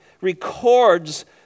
records